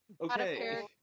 okay